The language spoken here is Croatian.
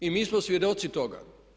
I mi smo svjedoci toga.